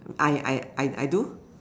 I I I I do